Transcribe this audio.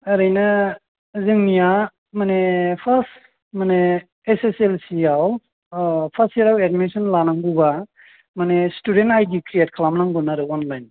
ओरैनो जोंनिया माने फार्स्त माने ओइस एस एल सि आव फार्स्त इयाराव एदमिसन लानांगौबा माने स्टुदेन्ट आइ दि क्रियेट खालामनांगोन आरो अनलाइन